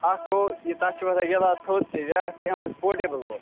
اَکھ گوٚو یہِ تَتھ چھُ وۄتھان گِلاس تھوٚد تہِ بیٛاکھ چھُ یِوان سُہ پوٹیبُل وول